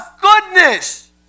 goodness